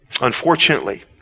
Unfortunately